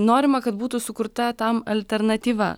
norima kad būtų sukurta tam alternatyva